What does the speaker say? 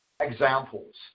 examples